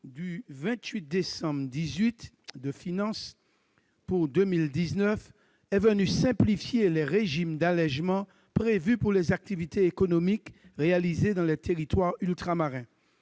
du 28 décembre 2018 de finances pour 2019 est venue simplifier les régimes d'allégements prévus pour les activités économiques réalisées dans les territoires ultramarins.